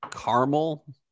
caramel